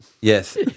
Yes